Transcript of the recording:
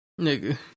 Nigga